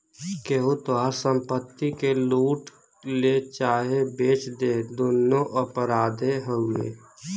केहू तोहार संपत्ति के लूट ले चाहे बेच दे दुन्नो अपराधे हउवे